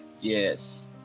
Yes